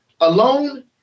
alone